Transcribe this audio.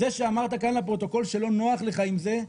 זה שאמרת כאן לפרוטוקול שלא נוח לך עם זה,